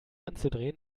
anzudrehen